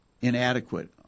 inadequate